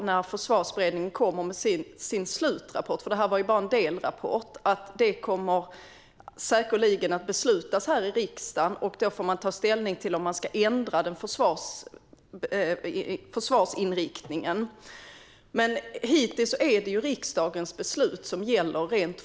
När Försvarsberedningen kommer med sin slutrapport - det här var ju bara en delrapport - kommer det säkerligen att fattas ett beslut här i riksdagen, och då får man ta ställning till om man ska ändra försvarsinriktningen. Men hittills är det rent formellt riksdagens beslut som gäller.